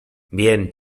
bien